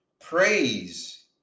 Praise